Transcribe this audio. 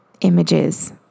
images